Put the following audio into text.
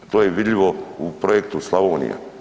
A to je vidljivo u projektu Slavonija.